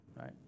Right